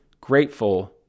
grateful